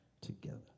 together